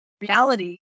reality